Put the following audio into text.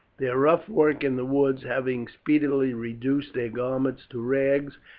their rough work in the woods having speedily reduced their garments to rags,